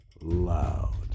loud